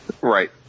right